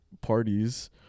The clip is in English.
parties